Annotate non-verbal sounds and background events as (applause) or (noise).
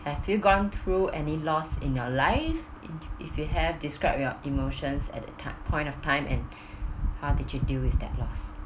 have you gone through any loss in your life if if you have describe your emotions at that time point of time and (breath) how did you deal with that loss